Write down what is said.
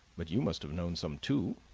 but you must have known some, too,